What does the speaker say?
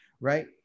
right